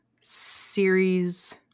series